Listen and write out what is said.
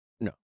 No